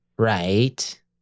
Right